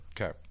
okay